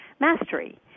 mastery